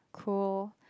cool